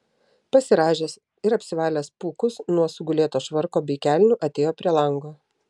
pasirąžęs ir apsivalęs pūkus nuo sugulėto švarko bei kelnių atėjo prie lango